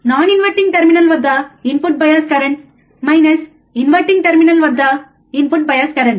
non inverting terminal వద్ద input bias current minus inverting terminal వద్ద input bias current